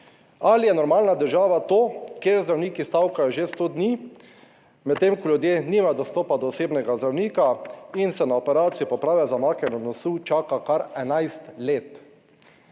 ali je normalna država to, kjer zdravniki stavkajo že 100 dni, medtem ko ljudje nimajo dostopa do osebnega zdravnika in se na operacijo poprave zamaknjeno nosu čaka kar 11 let.